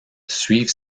suivent